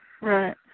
right